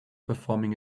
performing